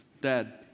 Dad